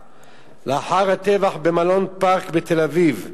לאחר הטבח בערב חג הפסח במלון "פארק" בתל-אביב,